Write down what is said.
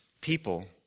people